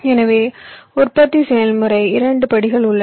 எனவே உற்பத்தி செயல்முறை இரண்டு படிகள் உள்ளன